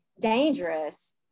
dangerous